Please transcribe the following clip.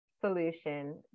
solution